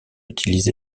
utilisé